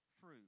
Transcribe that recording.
fruit